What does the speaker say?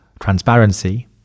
transparency